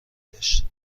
داشت